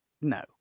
no